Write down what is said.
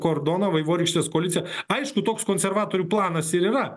kordoną vaivorykštės koaliciją aišku toks konservatorių planas ir yra